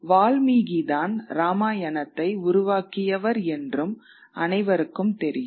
வால்மிகி தான் ராமாயணத்தை உருவாக்கியவர் என்றும் அனைவருக்கும் தெரியும்